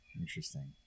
interesting